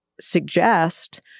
suggest